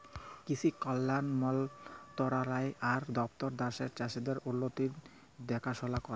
কিসি কল্যাল মলতরালায় আর দপ্তর দ্যাশের চাষীদের উল্লতির দেখাশোলা ক্যরে